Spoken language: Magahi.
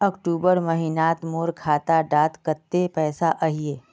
अक्टूबर महीनात मोर खाता डात कत्ते पैसा अहिये?